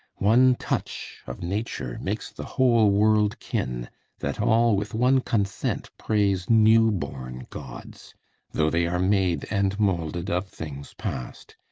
one touch of nature makes the whole world kin that all with one consent praise new-born gawds, though they are made and moulded of things past,